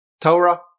Torah